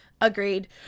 agreed